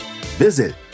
Visit